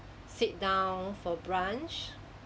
sit down for brunch